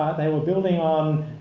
they were building on